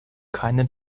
keine